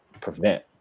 prevent